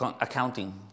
Accounting